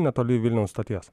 netoli vilniaus stoties